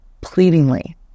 pleadingly